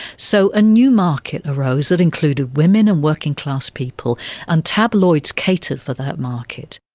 so a new market arose that included women and working-class people and tabloids catered for that market.